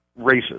racist